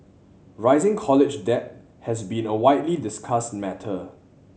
rising college debt has been a widely discussed matter